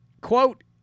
quote